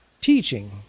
Teaching